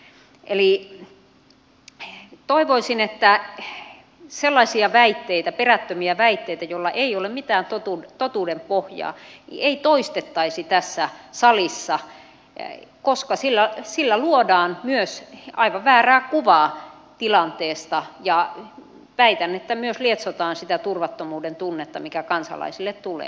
eli toivoisin että sellaisia perättömiä väitteitä joilla ei ole mitään totuuden pohjaa ei toistettaisi tässä salissa koska sillä luodaan myös aivan väärää kuvaa tilanteesta ja väitän että myös lietsotaan sitä turvattomuuden tunnetta mikä kansalaisille tulee